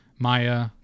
Maya